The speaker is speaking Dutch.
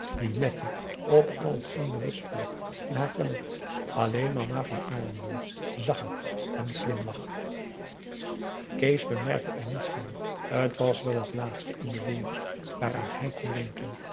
die lette op al het onberispelijke in haar toilet alleen mama van aardenburg zag het en glimlachte kees bemerkte er niets van t was wel het laatste in de wereld waaraan hij kon denken